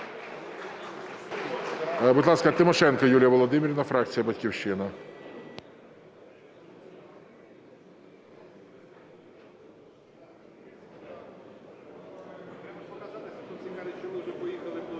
Будь ласка, Тимошенко Юлія Володимирівна, фракція "Батьківщина".